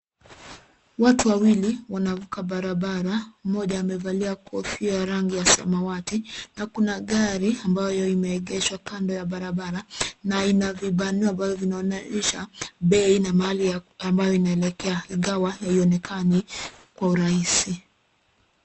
Watu wawili wanavuka barabara, mmoja amevalia kofia ya rangi ya samawati na kuna gari ambayo imeegeshwa kando ya barabara na ina vibanio ambavyo vinaonyesha bei na mahali ambayo inaelekea ingawa haionekani kwa urahisi.